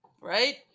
Right